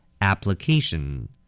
Application